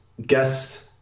guest